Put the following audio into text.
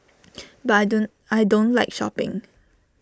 but I don't I don't like shopping